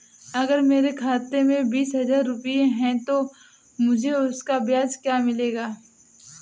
अगर मेरे खाते में बीस हज़ार रुपये हैं तो मुझे उसका ब्याज क्या मिलेगा?